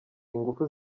ingufu